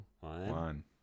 one